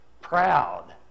proud